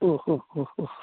ഓഹ് ഹോ ഓഹ് ഹോ